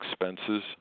expenses